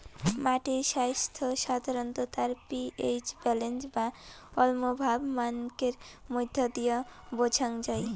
মাটির স্বাইস্থ্য সাধারণত তার পি.এইচ ব্যালেন্স বা অম্লভাব মানকের মইধ্য দিয়া বোঝাং যাই